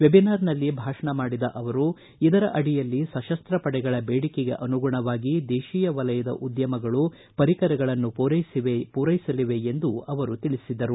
webinar ನಲ್ಲಿ ಮಾತನಾಡಿದ ಅವರು ಇದರ ಅಡಿಯಲ್ಲಿ ಸತಸ್ತ ಪಡೆಗಳ ಬೇಡಿಕೆಗೆ ಅನುಗುಣವಾಗಿ ದೇಶೀಯ ವಲಯದ ಉದ್ದಮಗಳು ಪರಿಕರಗಳನ್ನು ಪೂರೈಸಲಿವೆ ಎಂದು ಅವರು ತಿಳಿಸಿದರು